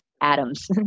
atoms